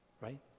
Right